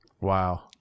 Wow